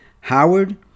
Howard